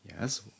Yes